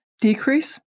decrease